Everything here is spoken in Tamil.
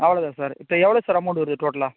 அவ்வளோ தான் சார் இப்போ எவ்வளோ சார் அமௌண்ட்டு வருது டோட்டலாக